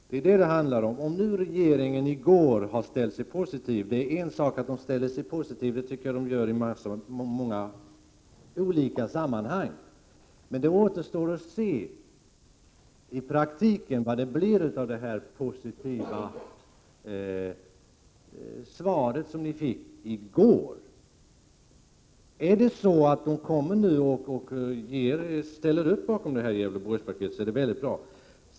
Det är en sak att regeringen ställer sig positiv — det gör den i många olika sammanhang — men det återstår att se vad detta positiva gensvar som ni fick i går betyder i praktiken. Ställer man upp bakom Gävleborgspaketet är det mycket bra.